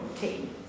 team